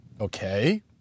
Okay